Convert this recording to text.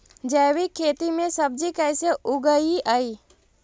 जैविक खेती में सब्जी कैसे उगइअई?